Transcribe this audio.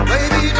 Baby